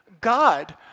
God